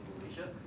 Malaysia